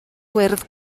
gwyrdd